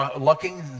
looking